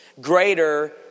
greater